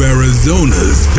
Arizona's